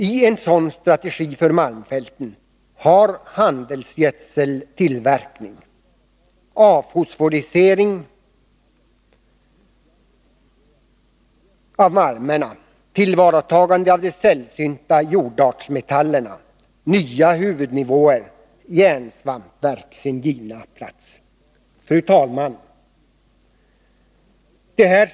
I en sådan strategi för malmfälten har handelsgödseltillverkning, avfosforisering av malmerna, tillvaratagande av de sällsynta jordartsmetallerna, nya huvudnivåer och järnsvampverk sin givna plats. Fru talman!